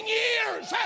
years